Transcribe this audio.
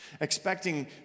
Expecting